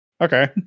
Okay